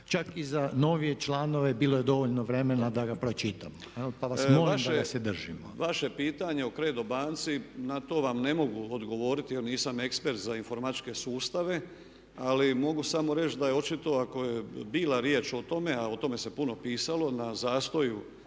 Čak i za novije članove bilo je dovoljno vremena da ga pročitamo pa vas molim da ga se držimo. **Lovrinović, Ivan (MOST)** Vaše pitanje o CREDO banci, na to vam ne mogu odgovoriti jer nisam ekspert za informatičke sustave ali mogu samo reći da je očito ako je bila riječ o tome a o tome se puno pisalo na zastoju